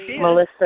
Melissa